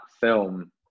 film